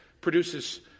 produces